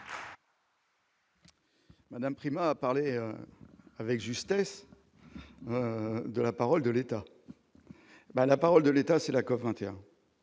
Mme Primas a parlé avec justesse de la parole de l'État. Or la parole de l'État, c'est la COP21